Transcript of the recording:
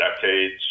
decades